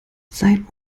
sein